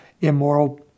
immoral